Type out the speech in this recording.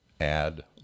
add